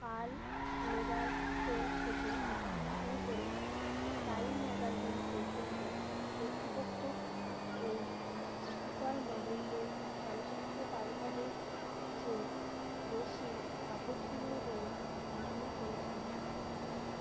কাল Lagerfeld থেকে শুরু করে টাইম ম্যাগাজিন পর্যন্ত কর্তৃপক্ষ এই সুপার মডেলদের চলচ্চিত্র তারকাদের চেয়ে বেশি আকর্ষণীয় বলে ভূষণা করেছিলেন